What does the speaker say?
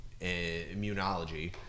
Immunology